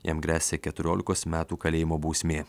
jam gresia keturiolikos metų kalėjimo bausmė